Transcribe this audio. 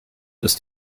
ist